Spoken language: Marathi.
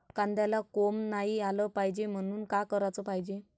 कांद्याला कोंब नाई आलं पायजे म्हनून का कराच पायजे?